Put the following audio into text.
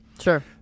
Sure